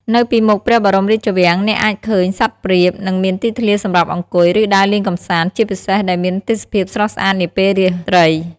នៅពីមុខព្រះបរមរាជវាំង អ្នកអាចឃើញសត្វព្រាប និងមានទីធ្លាសម្រាប់អង្គុយ ឬដើរលេងកម្សាន្ត ជាពិសេសដែលមានទេសភាពស្រស់ស្អាតនាពេលពេលរាត្រី។